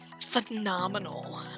phenomenal